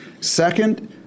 Second